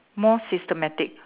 more systematic